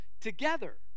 together